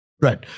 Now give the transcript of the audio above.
Right